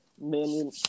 Man